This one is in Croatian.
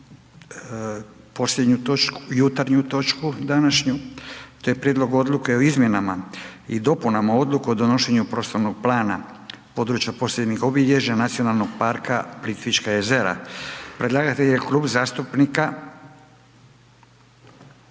**Jandroković, Gordan (HDZ)** Prijedlog odluke o izmjenama i dopunama odluke o donošenju prostornog plana područja posebnih obilježja Nacionalnog parka Plitvička jezera, predlagatelj je Klub zastupnika